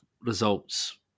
results